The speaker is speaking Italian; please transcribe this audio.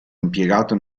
impiegato